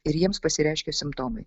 ir jiems pasireiškė simptomai